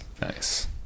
Nice